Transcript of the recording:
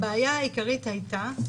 הבעיה העיקרית הייתה,